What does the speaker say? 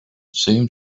seemed